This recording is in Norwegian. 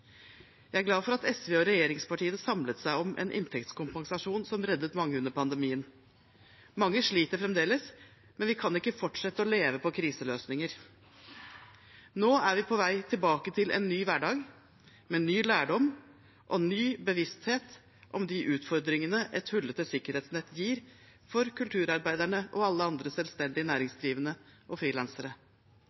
Jeg er glad for at SV og regjeringspartiene samlet seg om en inntektskompensasjon som reddet mange under pandemien. Mange sliter fremdeles, men vi kan ikke fortsette å leve på kriseløsninger. Nå er vi på vei tilbake til en ny hverdag, med ny lærdom og ny bevissthet om de utfordringene et hullete sikkerhetsnett gir for kulturarbeiderne og alle andre selvstendige næringsdrivende og frilansere.